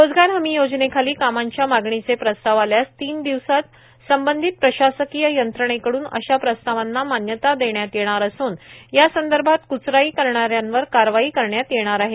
रोजगार हमी योजनेखार्ला कामांच्या मागणीचे प्रस्ताव आल्यास तीन दिवसात संबंधित प्रशासकांय यंत्रणेकडून अशा प्रस्तावांना मान्यता देण्यात येणार असून यासंदभात कुचराई करणाऱ्यांवर कारवाई करण्यात येणार आहे